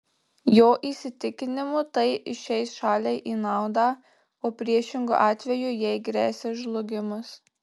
jo įsitikinimu tai išeis šaliai į naudą o priešingu atveju jai gresia žlugimas